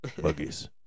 buggies